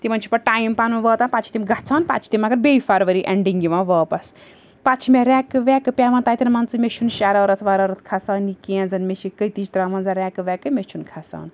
تِمَن چھُ پَتہٕ ٹایِم پَنُن واتان پَتہٕ چھِ تِم گژھان پَتہٕ چھِ تِم مگر بیٚیہِ فرؤری ایٚنٛڈِنٛگ یِوان واپس پَتہٕ چھِ مےٚ ریٚکہٕ ویٚکہ پیٚوان تتیٚن مان ژٕ مےٚ چھُنہٕ شَرارت وَرارَت کھَسان یہِ کیٚنٛہہ زَن مےٚ چھِ کٔتج ترٛاوان زَن ریٚکہٕ ویٚکہٕ مے چھُنہٕ کھَسان